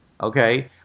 okay